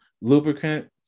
lubricant